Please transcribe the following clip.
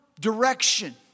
direction